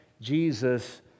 Jesus